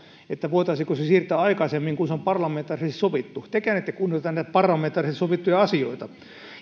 voitaisiinko siirtää aikaisemmin kuin on parlamentaarisesti sovittu tekään ette kunnioita näitä parlamentaarisesti sovittuja asioita